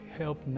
help